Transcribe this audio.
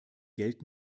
geld